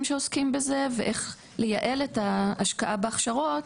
שעוסקים בזה ואיך לייעל את ההשקעה בהכשרות,